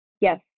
yes